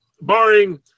barring